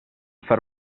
far